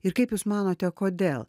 ir kaip jūs manote kodėl